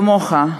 כמוך,